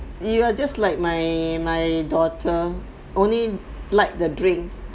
you will just like my my daughter only like the drinks